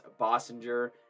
Bossinger